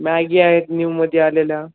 Maggi आहेत न्यूमध्ये आलेल्या